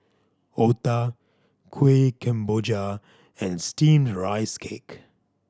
otah Kuih Kemboja and Steamed Rice Cake